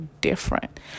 different